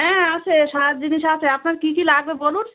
হ্যাঁ আছে সাজার জিনিস আছে আপনার কী কী লাগবে বলুন